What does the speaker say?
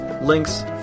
links